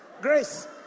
Grace